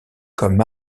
comme